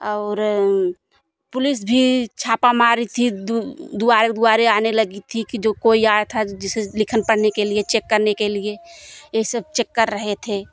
और पुलिस भी छापा मार रही थी दूर द्वारे द्वारे आने लगी थी कि जो कोई आए था जिसे लिखन पढ़ने के लिए चेक करने के लिए ये सब चेक कर रहे थे